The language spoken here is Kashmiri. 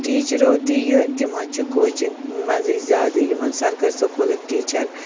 ٹیٖچرو تہِ یہِ تِم حظ چھِ کوچِنٛگ منٛزٕے زیادٕ یِمَن سَرکٲرۍ سکوٗلٕکۍ ٹیٖچَر